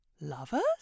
lovers